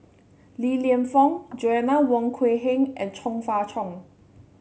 Li Lienfung Joanna Wong Quee Heng and Chong Fah Cheong